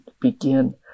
begin